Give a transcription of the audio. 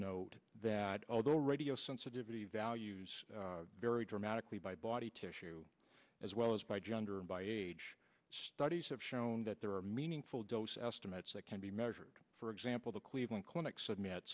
note that although radio sensitivity values vary dramatically by body tissue as well as by gender and by age studies have shown that there are meaningful dose estimates that can be measured for example the cleveland clinic submit